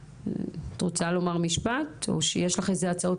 את רוצה לומר משפט או שיש לך איזה הצעות